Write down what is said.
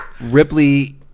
Ripley